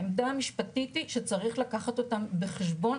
העמדה המשפטית היא שצריך לקחת אותם בחשבון,